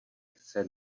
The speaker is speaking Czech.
chce